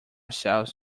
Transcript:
cells